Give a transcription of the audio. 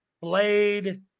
Blade